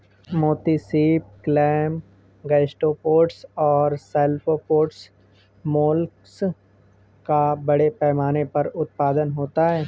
मोती सीप, clam, gastropods और सेफलोपोड्स मोलस्क का बड़े पैमाने पर उत्पादन होता है